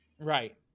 Right